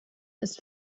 ist